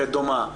דומה,